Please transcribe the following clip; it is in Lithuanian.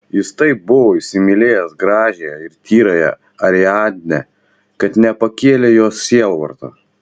jis taip buvo įsimylėjęs gražiąją ir tyrąją ariadnę kad nepakėlė jos sielvarto